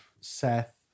Seth